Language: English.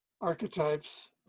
archetypes